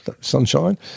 sunshine